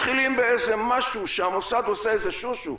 מתחילים באיזה משהו שהמוסד עושה באיזה שושו.